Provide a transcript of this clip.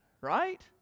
Right